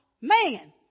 Man